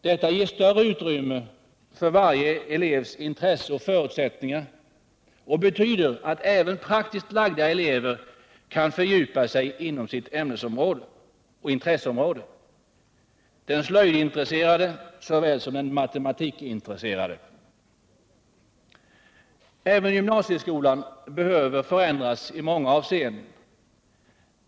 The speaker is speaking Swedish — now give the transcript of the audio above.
Detta ger större utrymme för varje elevs intresse och förutsättningar och betyder att även praktiskt lagda elever kan fördjupa sig inom sitt intresseområde — den slöjdintresserade får samma möjligheter som den matematikintresserade. Även gymnasieskolan behöver förändras i många avseenden.